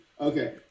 Okay